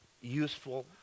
useful